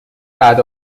رعد